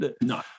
no